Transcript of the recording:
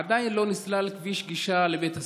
עדיין לא נסלל כביש גישה לבית הספר.